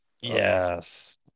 Yes